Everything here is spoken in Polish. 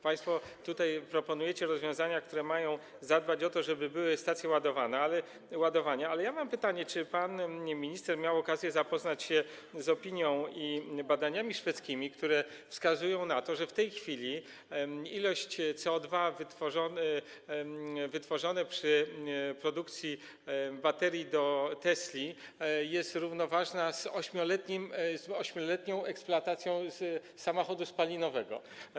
Państwo tutaj proponujecie rozwiązania, które mają zadbać o to, żeby były stacje ładowania, ale ja mam pytanie, czy pan minister miał okazję zapoznać się z opinią i badaniami szwedzkimi, które wskazują na to, że w tej chwili ilość CO2 wytworzona przy produkcji baterii do tesli jest równoważna z 8-letnią eksploatacją samochodu spalinowego.